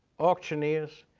auctioneers,